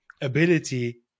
ability